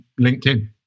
LinkedIn